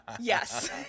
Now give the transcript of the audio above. Yes